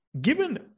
Given